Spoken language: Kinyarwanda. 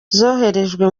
zoherejwe